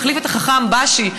מחליף את החכם באשי,